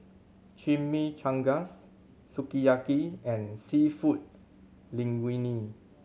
Chimichangas Sukiyaki and Seafood Linguine